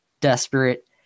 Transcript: desperate